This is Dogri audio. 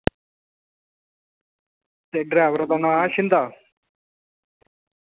ते डरैबर दा नाम ऐ शिंदा